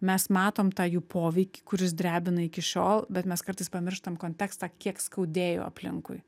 mes matom tą jų poveikį kuris drebina iki šiol bet mes kartais pamirštam kontekstą kiek skaudėjo aplinkui